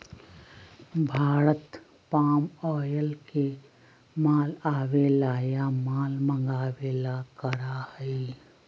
Bharat palm oil के माल आवे ला या माल मंगावे ला करा हई